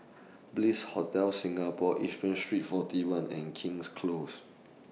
Bliss Hotel Singapore Yishun Street forty one and King's Close